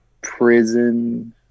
prison